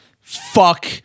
Fuck